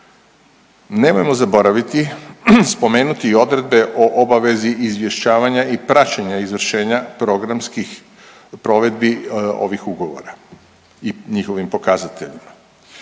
Nemojmo zaboraviti spomenuti i odredbe o obavezi izvješćavanja i praćenja izvršenja programskih provedbi ovih ugovora i njihovim pokazateljima.